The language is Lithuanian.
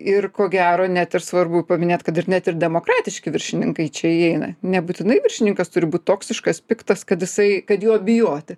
ir ko gero net ir svarbu paminėt kad ir net ir demokratiški viršininkai čia įeina nebūtinai viršininkas turi būt toksiškas piktas kad jisai kad jo bijoti